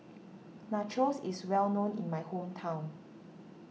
Nachos is well known in my hometown